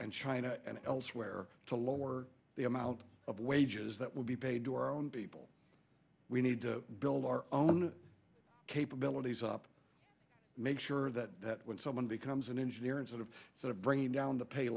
and china and elsewhere to lower the amount of wages that will be paid to our own people we need to build our own capabilities up make sure that when someone becomes an engineer and sort of sort of bringing down the pay